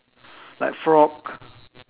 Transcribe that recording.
like frog